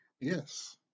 Yes